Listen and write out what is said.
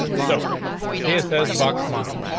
so cia says box model?